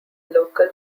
local